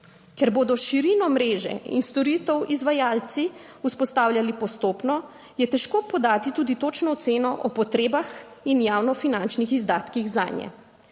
Ker bodo širino mreže in storitev izvajalci vzpostavljali postopno, je težko podati tudi točno oceno o potrebah in javnofinančnih izdatkih zanje,